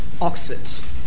Oxford